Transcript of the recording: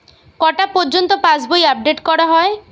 কটা পযর্ন্ত পাশবই আপ ডেট করা হয়?